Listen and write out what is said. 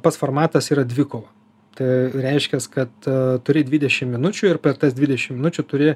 pats formatas yra dvikova tai reiškia kad turi dvidešimt minučių ir per tas dvidešimt minučių turi